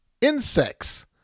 insects